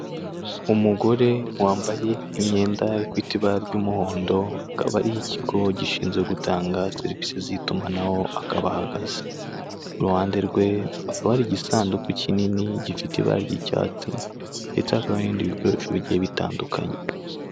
Umugore wambaye imyenda ifite ibara ry'umuhondo akaba ari iy'ikigo gishinzwe gutanga serivisi z'itumanaho akaba ahagaze, iruhande rwe hakaba hari igisanduku kinini gifite ibara ry'icyatsi ndetse hakaba hari n'ibindi bikoresho bigiye bitandukanye.